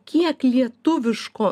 kiek lietuviško